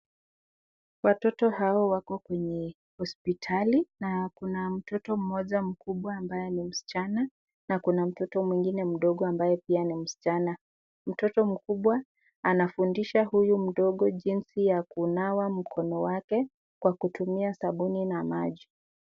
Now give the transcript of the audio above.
Watoto hawa wako kwenye hosipitali na kuna mtoto mmoja mkubwa ambaye ni msichana na kuna mtoto mwingine mdogo ambaye pia ni msichana. Mtoto mkubwa anafundisha huyu mdogo jinsi ya kunawa mkono wake kwa kutumia sabuni na maji.